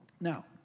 Now